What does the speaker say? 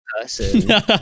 person